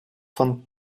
von